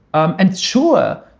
um and sure,